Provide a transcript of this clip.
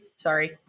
Sorry